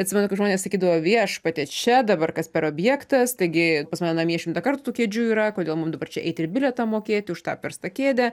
atsimenu kad žmonės sakydavo viešpatie čia dabar kas per objektas taigi pas mane namie šimtąkart tų kėdžių yra kodėl mums dabar čia eiti ir bilietą mokėti už tą apverstą kėdę